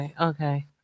Okay